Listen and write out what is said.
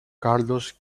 carlos